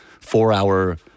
four-hour